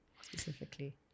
specifically